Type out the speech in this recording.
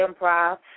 improv